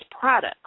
products